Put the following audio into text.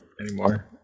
anymore